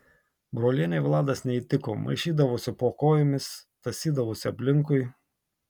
brolienei vladas neįtiko maišydavosi po kojomis tąsydavosi aplinkui